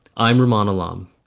i'm ramona lum.